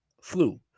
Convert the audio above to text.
flu